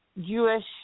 Jewish